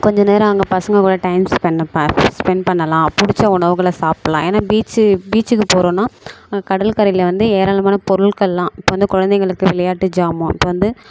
கொஞ்சம் நேரம் அங்கே பசங்கள் கூட டைம் ஸ்பெண்ட் பண் ஸ்பெண்ட் பண்ணலாம் பிடிச்ச உணவுகளை சாப்பிட்லாம் ஏன்னா பீச்சு பீச்சுக்கு போறோன்னால் கடல்கரையில் வந்து ஏராளமான பொருட்கள்லாம் இப்போ வந்து குழந்தைங்களுக்கு விளையாட்டு ஜாமான் இப்போ வந்து